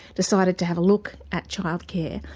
decided to have a look at childcare,